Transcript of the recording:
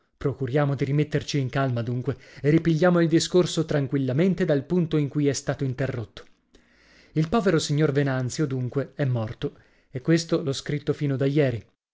procuriamo di rimetterci in calma dunque e ripigliamo il discorso tranquillamente dal punto in cui è stato interrotto il povero signor venanzio dunque è morto e questo l'ho scritto fino da ieri